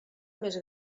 més